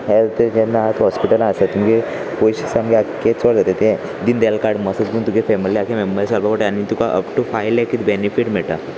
health ते जेन्ना आतां हॉस्पिटला आसा तुगे पयशे सामके चड जाता तें दिनदयाल काड मसोतून तुगे फॅमिली मेंमबर सारको पट आनी तुका अप टू फायव लेख बनिफीट मेळटा